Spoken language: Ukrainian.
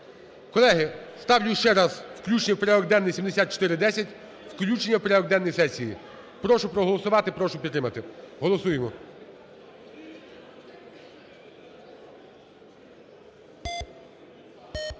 Колеги, ставлю ще раз включення в порядок денний 7410, включення в порядок денний сесії. Прошу проголосувати. Прошу підтримати. Голосуємо.